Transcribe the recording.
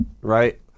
right